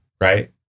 right